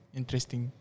interesting